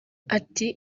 ati